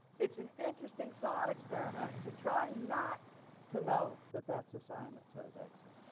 it's an interesting thought experiment to try not to know that that's a sign that says exit.